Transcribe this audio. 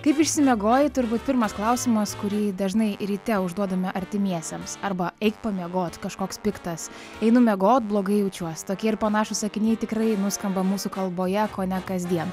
kaip išsimiegojai turbūt pirmas klausimas kurį dažnai ryte užduodame artimiesiems arba eik pamiegot kažkoks piktas einu miegot blogai jaučiuos tokie ir panašūs sakiniai tikrai nuskamba mūsų kalboje kone kasdien